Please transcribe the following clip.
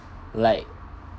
like